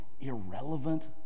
irrelevant